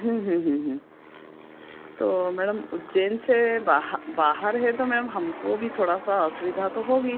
तो मैडम उज्जैन से बाहा बाहर है तो मैम हमको भी थोड़ा सा असुविधा तो होगी